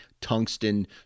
Tungsten